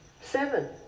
Seven